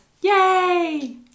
Yay